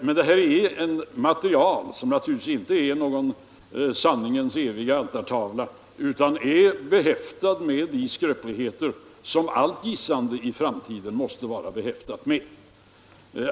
Men detta är ett material som naturligtvis inte är någon den eviga sanningens altartavla, utan är behäftat med de skröpligheter som allt gissande om framtiden måste vara behäftat med.